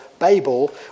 Babel